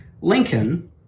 Lincoln